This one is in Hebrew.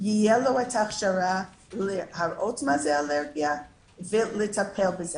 תהיה ההכשרה לראות מה זה אלרגיה ולטפל בה,